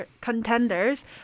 contenders